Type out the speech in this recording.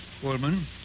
Coleman